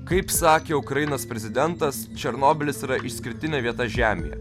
kaip sakė ukrainos prezidentas černobylis yra išskirtinė vieta žemėje